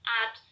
add